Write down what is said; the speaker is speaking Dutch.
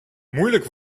moeilijk